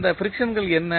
அந்த ஃபிரிக்சன்கள் என்ன